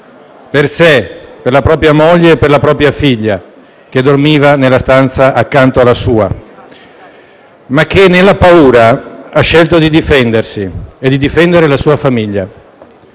per sé e per la propria moglie, e per la propria figlia che dormiva nella stanza accanto alla sua; ma che nella paura ha scelto di difendersi, e di difendere la sua famiglia.